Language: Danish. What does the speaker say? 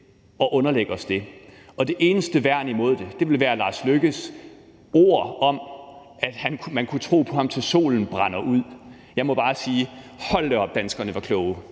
at underlægge os det. Og det eneste værn imod det ville være udenrigsministerens ord om, at man kan tro på ham, til solen brænder ud. Jeg må bare sige: Hold da op, hvor var danskerne kloge,